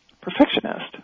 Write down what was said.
perfectionist